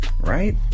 right